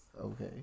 Okay